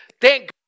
thank